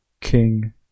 king